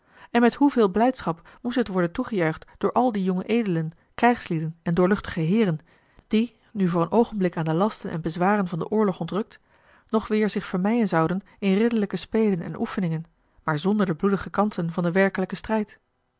en met hoeveel blijdschap moest het worden toegejuicht door al die jonge edelen krijgslieden en doorluchtige heeren die nu voor een oogenblik aan de lasten en bezwaren van den oorlog ontrukt nog weêr zich vermeien zouden in ridderlijke spelen en oefeningen maar zonder de bloedige kansen van den werkelijken strijd